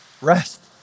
Rest